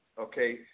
Okay